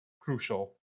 crucial